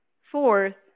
Fourth